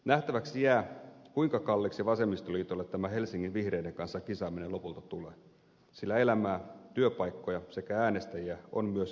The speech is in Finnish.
nähtäväksi jää kuinka kalliiksi vasemmistoliitolle tämä helsingin vihreiden kanssa kisaaminen lopulta tulee sillä elämää työpaikkoja sekä äänestäjiä on myös kehä kolmosen ulkopuolella